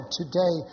today